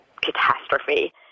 catastrophe